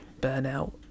burnout